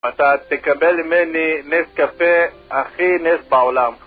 אתה תקבל ממני נס קפה הכי נס בעולם